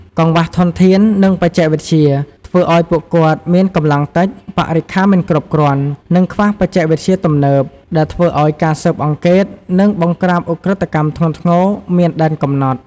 កង្វះធនធាន និងបច្ចេកវិទ្យា ធ្វើឲ្យពួកគាត់មានកម្លាំងតិច បរិក្ខារមិនគ្រប់គ្រាន់ និងខ្វះបច្ចេកវិទ្យាទំនើប ដែលធ្វើឲ្យការស៊ើបអង្កេត និងបង្ក្រាបឧក្រិដ្ឋកម្មធ្ងន់ធ្ងរមានដែនកំណត់។